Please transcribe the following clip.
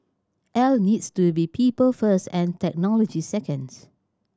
Al needs to be people first and technology second